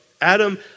Adam